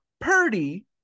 Purdy